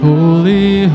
Holy